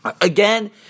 again